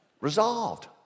Resolved